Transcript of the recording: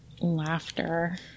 laughter